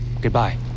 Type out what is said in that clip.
Goodbye